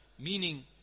meaning